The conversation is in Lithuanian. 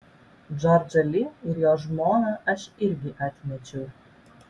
džordžą li ir jo žmoną aš irgi atmečiau